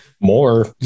More